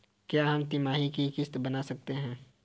क्या हम तिमाही की किस्त बना सकते हैं?